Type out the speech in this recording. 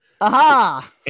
Aha